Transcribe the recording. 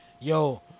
Yo